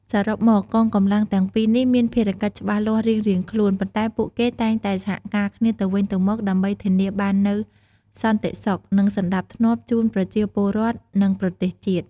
សរុបមក កងកម្លាំងទាំងពីរនេះមានភារកិច្ចច្បាស់លាស់រៀងៗខ្លួន ប៉ុន្តែពួកគេតែងតែសហការគ្នាទៅវិញទៅមកដើម្បីធានាបាននូវសន្តិសុខ និងសណ្តាប់ធ្នាប់ជូនប្រជាពលរដ្ឋ និងប្រទេសជាតិ។